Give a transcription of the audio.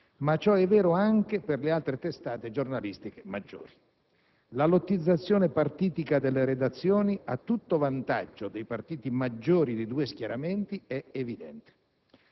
ma ciò è vero anche per le altre testate giornalistiche maggiori. La lottizzazione partitica delle redazioni a tutto vantaggio dei partiti maggiori dei due schieramenti è evidente;